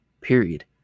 period